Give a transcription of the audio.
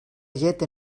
llet